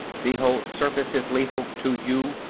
the whole surface is lethal to you.